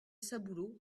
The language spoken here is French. saboulot